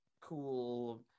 cool